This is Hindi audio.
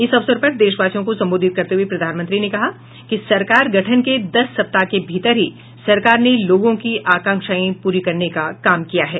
इस अवसर पर देशवासियों को संबोधित करते हुए प्रधानमंत्री ने कहा कि सरकार गठन के दस सप्ताह के भीतर ही सरकार ने लोगों की आकांक्षाएं पूरी करने का काम किया है